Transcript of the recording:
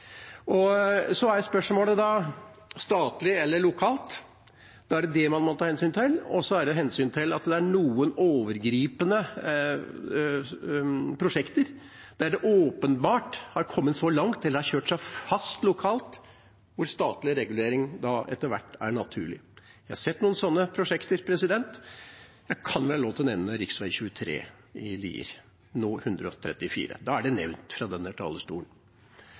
lokalt? Da er det det man må ta hensyn til, og ta hensyn til at det er noen overgripende prosjekter der det åpenbart har kommet så langt eller har kjørt seg fast lokalt, at statlig regulering etter hvert er naturlig. Jeg har sett noen sånne prosjekter. Jeg kan vel ha lov til å nevne rv. 23 i Lier, nå E134 – da er det nevnt fra denne talerstolen.